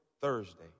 Thursday